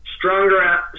Stronger